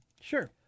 Sure